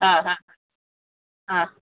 ಹಾಂ ಹಾಂ ಹಾಂ